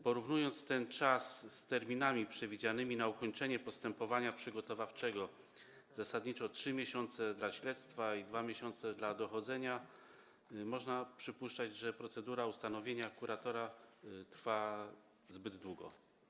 Porównując ten czas z terminami przewidzianymi na ukończenie postępowania przygotowawczego, a są to zasadniczo 3 miesiące dla śledztwa i 2 miesiące dla dochodzenia, można przypuszczać, że procedura ustanowienia kuratora trwa zbyt długo.